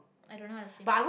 I don't know how to swim